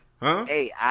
Hey